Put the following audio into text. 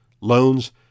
loans